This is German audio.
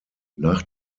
nach